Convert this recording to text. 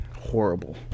horrible